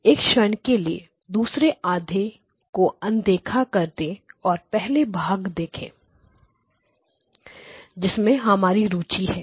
एक क्षण के लिए दूसरे आधे को अनदेखा कर दें और पहला भाग देखें जिसमें हमारी रुचि है